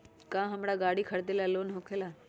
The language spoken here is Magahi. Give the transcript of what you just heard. का हमरा गारी खरीदेला लोन होकेला?